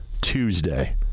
Tuesday